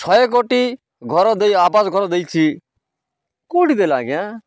ଶହେ କୋଟି ଘର ଦେଇ ଆବାସ ଘର ଦେଇଛି କେଉଁଠି ଦେଲା ଆଜ୍ଞା